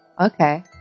Okay